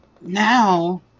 now